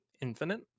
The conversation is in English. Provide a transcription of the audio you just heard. infinite